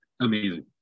amazing